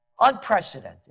unprecedented